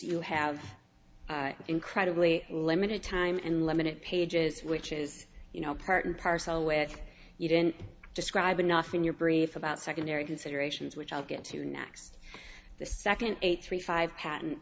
you have incredibly limited time and limited pages which is you know part and parcel with you didn't describe enough in your brief about secondary considerations which i'll get to next the second eight three five pat